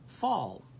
fall